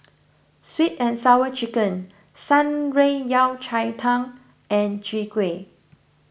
Sweet and Sour Chicken Shan Rui Yao Cai Tang and Chwee Kueh